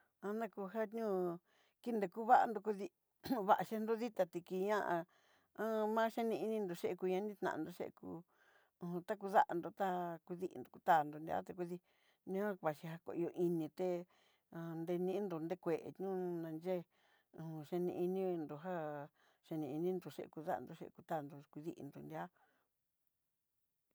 Ana kujan ñió kinen kuvandó kudí va'a xhindó, ditá tíkiña'a ma cheneininró ho o o machené ininró ché kú ñanitanró chekú, hun takudanró ta kudinró tá nruria takudí ñió vaxhiá kuyú iin nité nindó nrekuení, nayet, ón cheneinindó já cheneinindó che ndó chekutandó kudinró nriá.